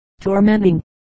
tormenting